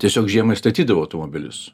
tiesiog žiemai statydavo automobilius